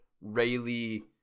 Rayleigh